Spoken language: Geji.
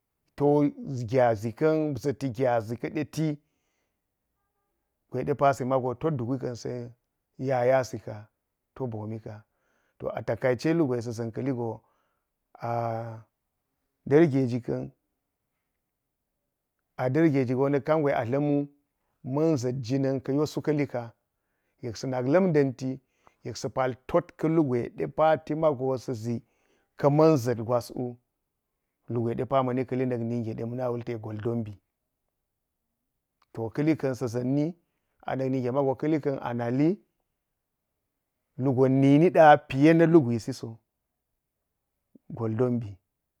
To gyaʒi ka̱n za̱ti gyaʒi ka̱de ti, gwe de pa si mago te dugga̱ kan sa̱ ya ya si ka to boo mi ka. To a takai ce inu gwe sa̱ ʒa̱n ka̱li go nda̱r gyeli ka̱n – a nda̱r gyeji go nak kam gwe a dlam wu ma̱n ʒa̱t jinin ka̱ yo su ka̱ li ka, yek sa̱ nala lim da̱nti yek sa̱ pa’tet kalu gwe de pa ti mago sa zi ka̱ na̱n za̱t gwas wɛ lu gwe de pa ma̱ ni ka̱li lu na̱n ge – ma̱na wulti ɗe goldonɓi. To ka̱li sa̱ ʒa̱nni a nik niige magi ka̱li ka̱n a gwisi so. Goldon bi.